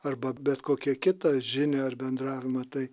arba bet kokią kitą žinią ar bendravimą tai